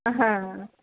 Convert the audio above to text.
हां